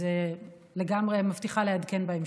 אז אני מבטיחה לעדכן בהמשך.